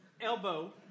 elbow